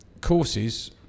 courses